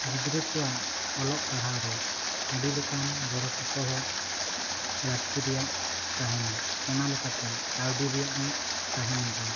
ᱜᱤᱫᱽᱨᱟᱹ ᱠᱚᱣᱟᱜ ᱚᱞᱚᱜ ᱯᱟᱲᱦᱟᱣ ᱨᱮ ᱟᱹᱰᱤ ᱞᱮᱠᱟᱱ ᱜᱚᱲᱚ ᱥᱚᱯᱚᱦᱚᱫ ᱞᱟᱹᱠᱛᱤ ᱨᱮᱭᱟᱜ ᱛᱟᱦᱮᱸᱱᱟ ᱚᱱᱟ ᱞᱮᱠᱟᱛᱮ ᱠᱟᱹᱣᱰᱤ ᱨᱮᱭᱟᱜ ᱦᱚᱸ ᱛᱟᱦᱮᱸᱱ ᱜᱮᱭᱟᱹ